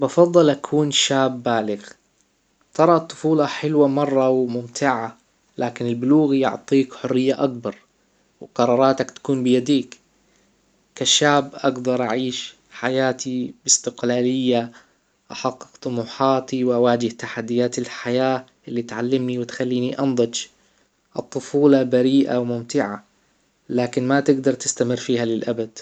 بفضل اكون شاب بالغ، ترى الطفولة حلوة مرة وممتعة لكن البلوغ يعطيك حرية اكبر وقراراتك تكون بيديك كشاب اقدر اعيش حياتي باستقلالية احقق طموحاتي واواجه تحديات الحياة إللى تعلمني وتخليني انضج الطفولة بريئة وممتعة لكن ما تجدر تستمر فيها للابد